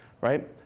right